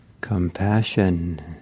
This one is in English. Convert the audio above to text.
Compassion